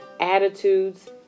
attitudes